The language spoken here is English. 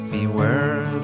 Beware